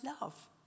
love